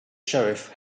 sheriff